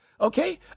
Okay